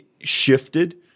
shifted